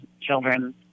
children